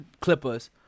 Clippers